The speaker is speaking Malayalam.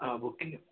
ആ ബുക്ക് ചെയ്യാം